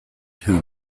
who